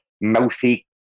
mouthy